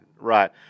Right